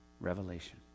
Revelation